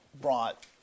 brought